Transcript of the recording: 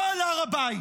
לא על הר הבית.